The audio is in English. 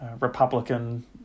Republican